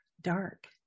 dark